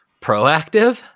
proactive